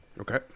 okay